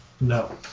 No